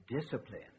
discipline